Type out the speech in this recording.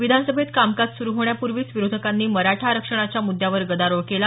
विधानसभेत कामकाज सुरु होण्यापूर्वीच विरोधकांनी मराठा आरक्षणाच्या मुद्यावर गदारोळ केला